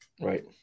Right